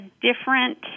different